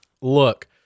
Look